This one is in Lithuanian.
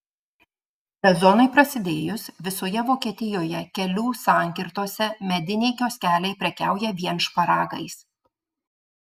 sezonui prasidėjus visoje vokietijoje kelių sankirtose mediniai kioskeliai prekiauja vien šparagais